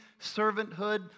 servanthood